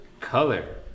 color